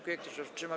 Kto się wstrzymał?